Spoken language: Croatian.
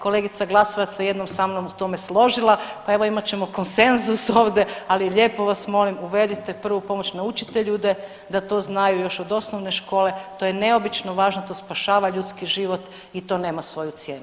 Kolegica Glasovac se jednom sa mnom o tome složila, pa evo imat ćemo konsenzus ovdje, ali lijepo vas molim uvedite prvu pomoć, naučite ljude da to znaju još od osnovne škole, to je neobično važno, to spašava ljudski život i to nema svoju cijenu.